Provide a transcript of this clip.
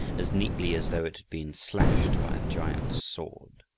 as neatly as though it had been slashed by a giant's sword.